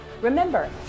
Remember